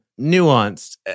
nuanced